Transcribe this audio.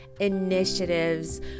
initiatives